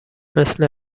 مثل